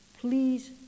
please